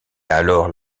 alors